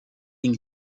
une